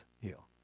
heal